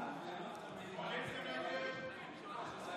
כולם משלמים פערי תיווך.